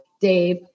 Dave